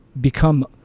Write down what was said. become